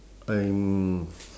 I'm